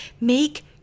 Make